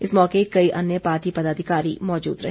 इस मौके कई अन्य पार्टी पदाधिकारी मौजूद रहे